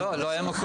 לא, לא היה מקום.